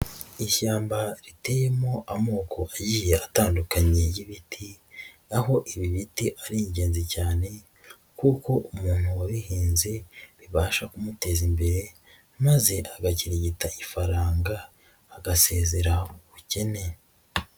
Ishyamba riteyemo amoko agiye atandukanye y'ibiti, aho ibi biti ari ingenzi cyane kuko umuntu wabihinze bibasha kumuteza imbere maze agakirigita ifaranga agasezeraho ubukene.